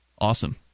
Awesome